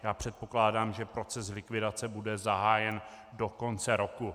Já předpokládám, že proces likvidace bude zahájen do konce roku.